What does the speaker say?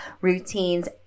routines